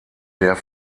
der